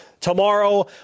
Tomorrow